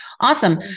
awesome